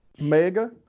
Mega